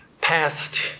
past